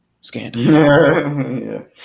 Scandal